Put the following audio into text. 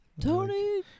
Tony